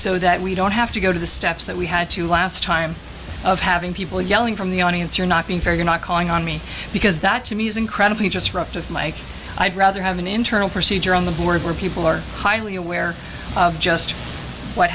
so that we don't have to go to the steps that we had to last time of having people yelling from the audience you're not being fair you're not calling on me because that to me is incredibly just rough to make i'd rather have an internal procedure on the board where people are highly aware just what